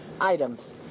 items